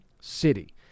City